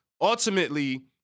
ultimately